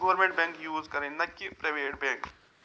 government bank use کَرٕنۍ نہَ کہِ پرٛایویٹ بینٛک